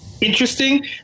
interesting